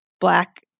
black